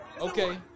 Okay